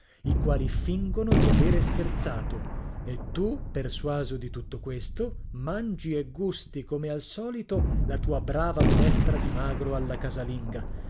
i quali fingono di avere scherzato e tu persuaso di tutto questo mangi e gusti come al solito la tua brava minestra di magro alla casalinga